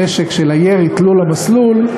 הנשק של הירי תלול-המסלול,